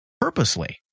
purposely